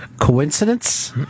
Coincidence